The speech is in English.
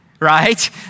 right